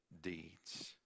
deeds